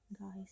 Guys